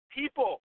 people